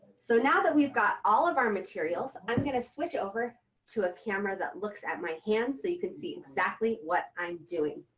so now that we've got all of our materials, i'm going to switch over to a camera that looks at my hands. so you can see exactly what i'm doing.